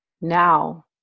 now